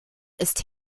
ist